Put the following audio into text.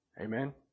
Amen